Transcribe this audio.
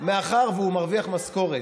מאחר שהוא מרוויח משכורת,